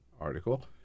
article